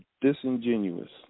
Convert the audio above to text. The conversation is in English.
disingenuous